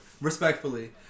Respectfully